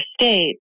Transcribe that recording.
state